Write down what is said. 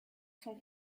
sont